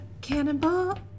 cannonball